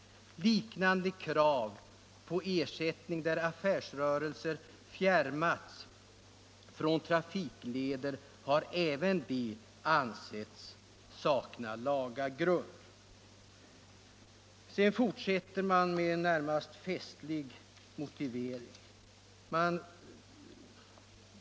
Liknande krav på ersättning där affärsrörelser fjärmats från trafikleder har även de ansetts sakna laga grund.” Sedan fortsätter man med en närmast festlig motivering.